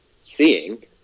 seeing